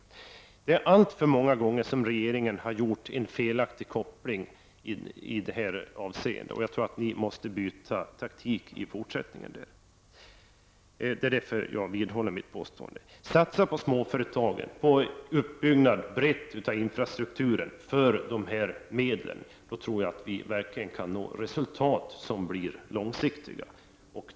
Regeringen har alltför många gånger gjort en felaktig koppling i detta avseende, och jag tror att den i fortsättningen måste byta taktik. Jag vidhåller alltså min uppmaning att man skall med hjälp av de aktuella medlen satsa på småföretagen och på en bred uppbyggnad av infrastrukturen. Då tror jag att vi verkligen kan nå långsiktiga resultat.